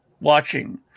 watching